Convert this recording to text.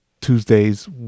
tuesday's